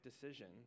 decisions